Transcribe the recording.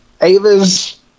Ava's